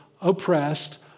oppressed